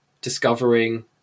discovering